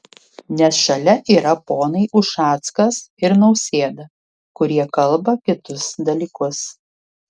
nes šalia yra ponai ušackas ir nausėda kurie kalba kitus dalykus